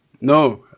No